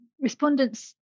respondents